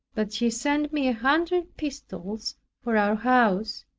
that she sent me a hundred pistoles for our house,